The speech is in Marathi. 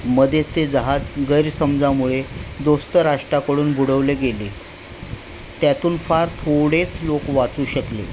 मध्ये ते जहाज गैरसमजामुळे दोस्त राष्ट्राकडून बुडवले गेले त्यातून फार थोडेच लोक वाचू शकले